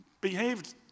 behaved